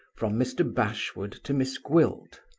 from mr. bashwood to miss gwilt.